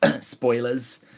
spoilers